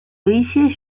一些